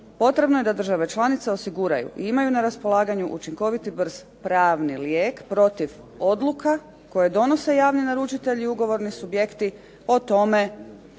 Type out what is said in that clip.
Potrebno je da države članice osiguraju i imaju na raspolaganju učinkovit i brz pravni lijek protiv odluka, koje donose javni naručitelji ugovorni subjekti o tome